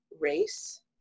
race